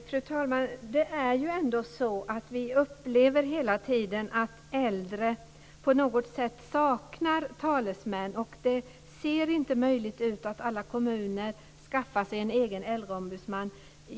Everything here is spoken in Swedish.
Fru talman! Det är ändå så att vi hela tiden upplever att äldre på något sätt saknar talesmän. Det ser inte ut att vara möjligt att alla kommuner skaffar sig en egen äldreombudsman.